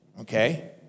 okay